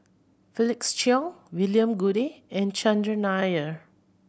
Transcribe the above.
Felix Cheong William Goode and Chandran Nair